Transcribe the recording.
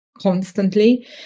constantly